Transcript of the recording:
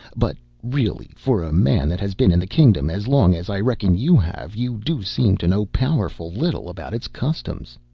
but really, for a man that has been in the kingdom as long as i reckon you have, you do seem to know powerful little about its customs.